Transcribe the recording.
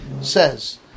Says